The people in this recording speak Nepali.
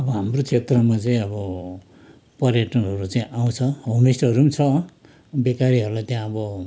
अब हाम्रो क्षेत्रमा चाहिँ अब पर्यटनहरू चाहिँ आउँछ होमस्टेहरू पनि छ बेकारीहरूलाई त्यहाँ अब